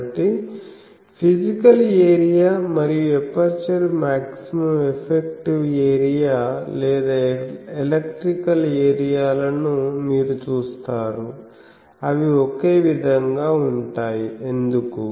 కాబట్టి physical area మరియు aperture maximum effective area లేదా ఎలక్ట్రికల్ ఏరియా లను మీరు చూస్తారు అవి ఒకే విధంగా ఉంటాయి ఎందుకు